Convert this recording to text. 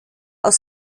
aus